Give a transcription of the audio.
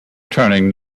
turning